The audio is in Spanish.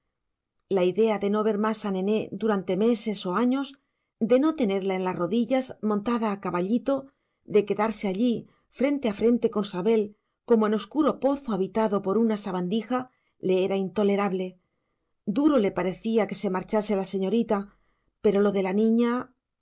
la idea de no ver más a nené durante meses o años de no tenerla en las rodillas montada a caballito de quedarse allí frente a frente con sabel como en oscuro pozo habitado por una sabandija le era intolerable duro le parecía que se marchase la señorita pero lo de la niña